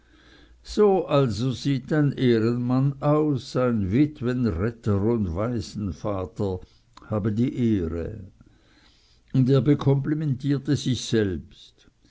so also sieht ein ehrenmann aus ein witwenretter und waisenvater habe die ehre und er bekomplimentierte sich selbst